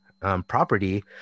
property